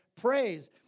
praise